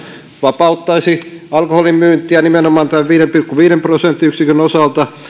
vapauttaisi alkoholin myyntiä nimenomaan tämän viiden pilkku viiden prosenttiyksikön osalta